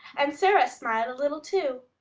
and sara smiled a little too.